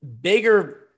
bigger